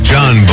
John